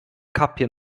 kapie